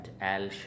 Al